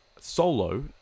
Solo